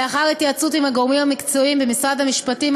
לאחר התייעצות עם הגורמים המקצועיים במשרד המשפטים,